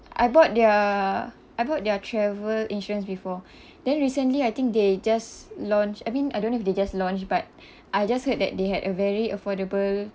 I bought their I bought their travel insurance before then recently I think they just launched I mean I don't know if they just launched but I just heard that they had a very affordable